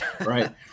right